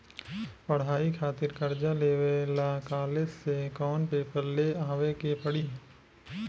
पढ़ाई खातिर कर्जा लेवे ला कॉलेज से कौन पेपर ले आवे के पड़ी?